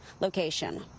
location